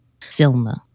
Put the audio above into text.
Silma